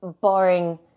barring